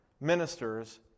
ministers